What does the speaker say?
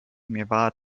miewała